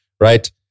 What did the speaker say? right